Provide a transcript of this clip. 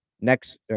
Next